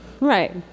Right